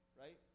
right